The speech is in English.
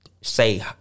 say